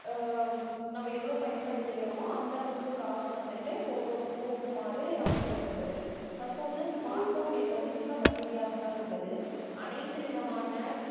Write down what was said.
நம்ம எவ்வளோ பயன்படுத்துகிறோமோ அந்த அளவுக்கு காசு வந்துட்டு போவும் போகுமாறு அமைக்கப்பட்டு இருந்துது தற்போது ஸ்மார்ட் ஃபோன் என்பது மிக வசதியாக தான் உள்ளது அனைத்து விதமான